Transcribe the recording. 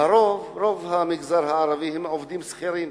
רוב המגזר הערבי הם עובדים שכירים,